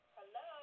Hello